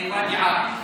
בוואדי עארה.